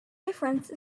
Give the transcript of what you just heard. difference